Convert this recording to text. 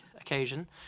occasion